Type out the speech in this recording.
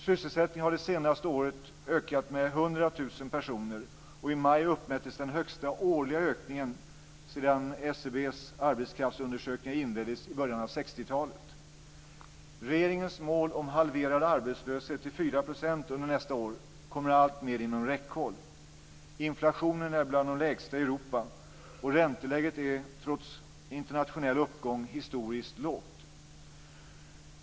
Sysselsättningen har under de senaste året ökat med 100 000 personer, och i maj uppmättes den högsta årliga ökningen sedan SCB:s arbetskraftsundersökningar inleddes i början av 60-talet. Regeringens mål om halverad arbetslöshet till 4 % under nästa år kommer alltmer inom räckhåll. Inflationen är bland de lägsta i Europa, och ränteläget är trots internationell uppgång historiskt lågt.